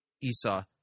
Esau